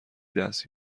دست